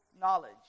knowledge